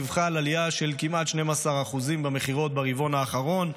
דיווחה על עלייה של כמעט 12% במכירות ברבעון האחרון,